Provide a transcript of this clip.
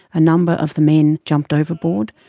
a number of the men jumped overboard,